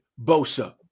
Bosa